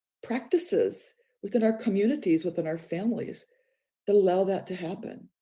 practices within our communities within our families that allow that to happen.